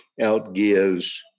outgives